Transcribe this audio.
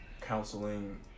counseling